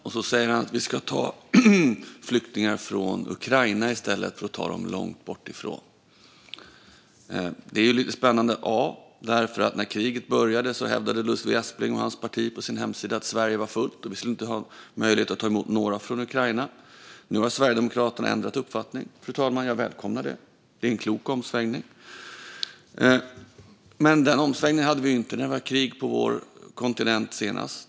Sedan säger han att vi ska ta flyktingar från Ukraina i stället för att ta dem långt bortifrån. Det är lite spännande. När kriget började hävdade Ludvig Aspling och hans parti på sin hemsida att Sverige var fullt och att vi inte skulle ha möjlighet att emot några från Ukraina. Nu har Sverigedemokraterna ändrat uppfattning, Jag välkomnar det, fru talman. Det är en klok omsvängning. Men den omsvängningen hade vi inte när det var krig på vår kontinent senast.